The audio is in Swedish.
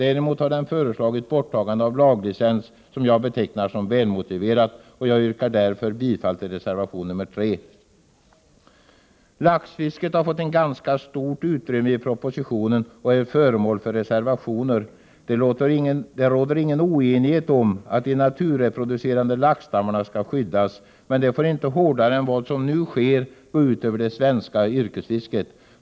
Däremot har den föreslagit ett borttagande av laglicensen, vilket jag betecknar som välmotiverat. Jag yrkar bifall till reservation nr 3. Laxfisket har fått ganska stort utrymme i propositionen och har föranlett reservationer. Det råder ingen oenighet om att de naturreproducerande laxstammarna skall skyddas, men det får inte hårdare än vad som nu sker gå ut över det svenska yrkesfisket.